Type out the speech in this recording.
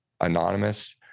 anonymous